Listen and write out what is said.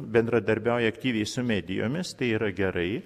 bendradarbiauja aktyviai su medijomis tai yra gerai